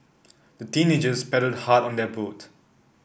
the teenagers paddled hard on their boat